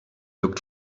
looked